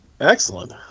Excellent